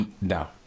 No